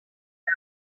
hat